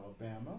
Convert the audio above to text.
Alabama